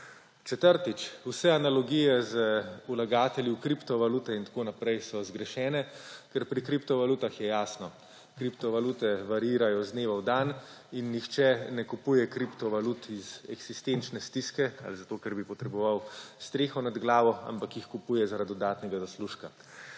Četrtič. Vse analogije z vlagatelji v kripto valute in tako naprej so zgrešene, ker pri kripto valutah je jasno, kripto valute varirajo iz dneva v dan in nihče ne kupuje kripto valut iz eksistenčne stiske ali zato, ker bi potreboval streho nad glavo, ampak jih kupuje zaradi dodatnega zaslužka.